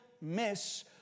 miss